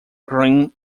green